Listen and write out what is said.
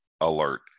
alert